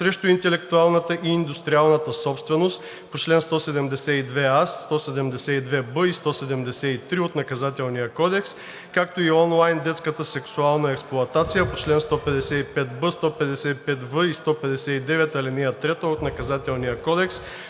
срещу интелектуалната и индустриалната собственост по чл. 172а, 172б и 173 от Наказателния кодекс, както и онлайн детската сексуална експлоатация по чл. 155б, 155в и 159, ал. 3 от Наказателния кодекс